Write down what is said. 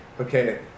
okay